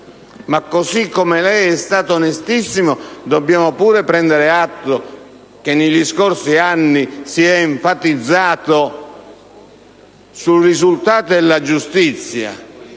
ma così come lei è stato onestissimo dobbiamo però anche prendere atto che negli scorsi anni si è enfatizzato sui risultati della giustizia.